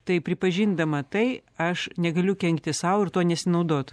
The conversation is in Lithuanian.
tai pripažindama tai aš negaliu kenkti sau ir tuo nesinaudot